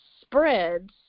spreads